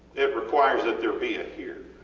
it requires that there be a here